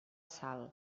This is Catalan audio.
sal